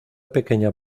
pequeña